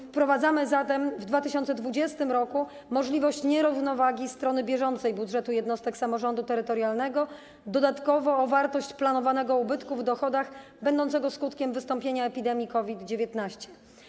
Wprowadzamy zatem w 2020 r. możliwość nierównowagi strony bieżącej budżetu jednostek samorządu terytorialnego dodatkowo o wartość planowanego ubytku w dochodach będącego skutkiem wystąpienia epidemii COVID-19.